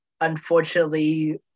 Unfortunately